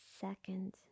second